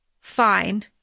Fine